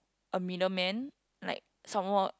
a middleman like some more